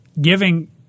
giving